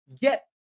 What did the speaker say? get